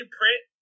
print